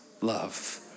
love